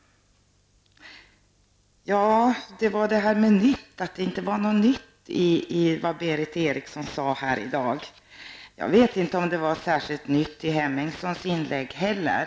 Det sades här att det inte var något nytt i vad jag anförde i dag. Jag vet inte om det var något särskilt nytt i Ingrid Hemmingssons inlägg heller.